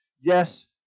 yes